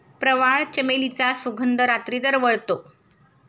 प्रवाळ, चमेलीचा सुगंध रात्री दरवळतो